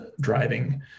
driving